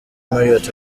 marriott